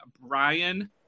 Brian